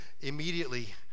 immediately